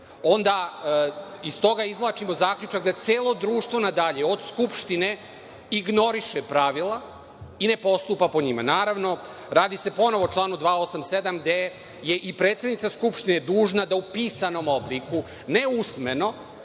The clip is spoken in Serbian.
onda iz toga izvlačimo zaključak da celo društvo na dalje, od Skupštine, ignoriše pravila i ne postupa po njima. Naravno, radi se ponovo o članu 287. gde je i predsednica Skupštine dužna da u pisanom obliku, ne usmeno